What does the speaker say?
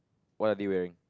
what are they wearing